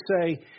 say